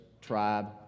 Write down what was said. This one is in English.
tribe